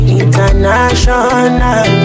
international